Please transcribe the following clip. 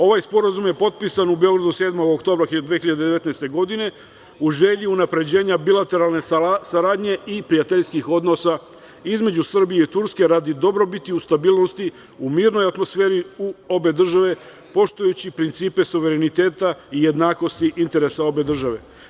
Ovaj sporazum je potpisan u Beogradu 7. oktobra 2019. godine u želji unapređenja bilateralne saradnje i prijateljskih odnosa između Srbije i Turske radi dobrobiti u stabilnosti u mirnoj atmosferi u obe države, poštujući principe suvereniteta i jednakosti interesa obe države.